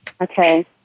Okay